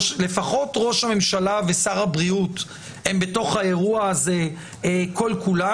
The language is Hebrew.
לפחות ראש הממשלה ושר הבריאות הם בתוך האירוע הזה כל כולם,